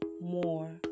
more